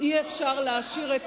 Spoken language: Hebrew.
אי-אפשר להעשיר את